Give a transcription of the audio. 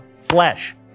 flesh